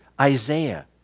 Isaiah